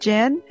Jen